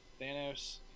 Thanos